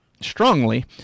strongly